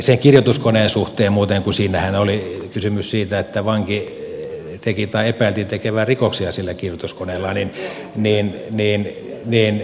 sen kirjoituskoneen suhteen muuten kun siinähän oli kysymys siitä että vanki teki tai hänen epäiltiin tekevän rikoksia sillä kirjoituskoneellaan